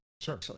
Sure